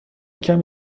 کمی